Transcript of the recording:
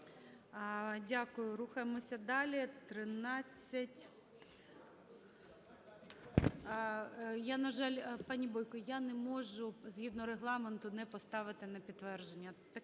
Дякую. Рухаємося далі.